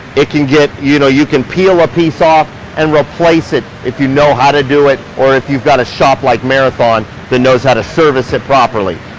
it can get, you know you can peel a piece off and replace it. if you know how to do it, or if you've got a shop like marathon, that knows how to service it properly.